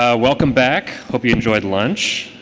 welcome back. hope you enjoyed lunch.